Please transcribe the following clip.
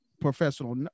professional